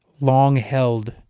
long-held